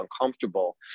uncomfortable